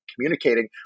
communicating